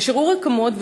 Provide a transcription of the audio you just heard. נשארו רקמות,